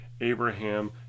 Abraham